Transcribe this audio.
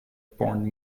porn